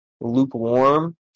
lukewarm